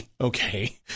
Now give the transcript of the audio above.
Okay